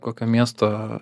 kokio miesto